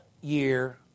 year